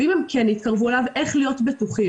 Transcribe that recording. ואם הם כן יתקרבו אליו איך להיות בטוחים.